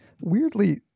weirdly